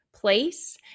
place